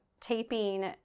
taping